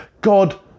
god